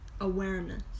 awareness